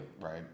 right